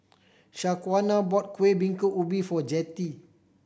Shaquana bought Kueh Bingka Ubi for Jettie